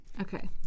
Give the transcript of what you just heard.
Okay